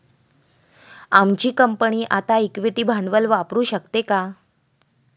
आमची कंपनी आता इक्विटी भांडवल वापरू शकते का?